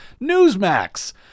Newsmax